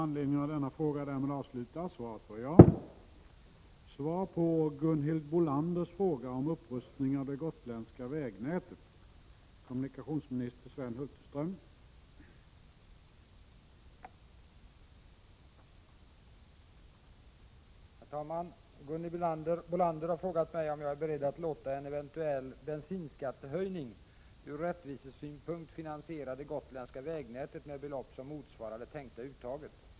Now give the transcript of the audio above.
Herr talman! Gunhild Bolander har frågat mig om jag är beredd att låta en eventuell bensinskattehöjning ur rättvisesynpunkt finansiera det gotländska vägnätet med belopp som motsvarar det tänkta uttaget.